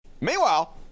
Meanwhile